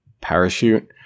parachute